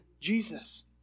Jesus